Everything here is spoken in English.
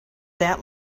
that